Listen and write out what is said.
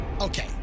okay